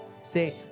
Say